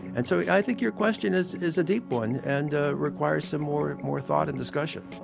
and so i think your question is is a deep one and requires some more more thought and discussion